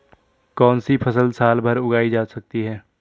कौनसी फसल साल भर उगाई जा सकती है?